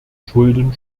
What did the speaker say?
schulden